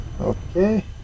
Okay